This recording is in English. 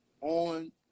on